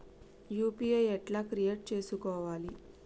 UPI ఎట్లా create చేసుకోవాలి?